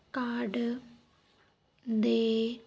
card ਦੇ